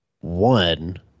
one